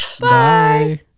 Bye